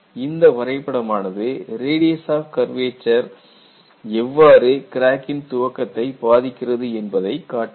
இந்த வரைபடமானது radius of curvature எவ்வாறு கிராக்கின் துவக்கத்தை பாதிக்கிறது என்பதை காட்டுகிறது